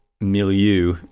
milieu